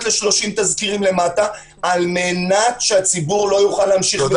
ל-30 תזכירים למטה על מנת שהציבור לא יוכל להמשיך ולהתנגד.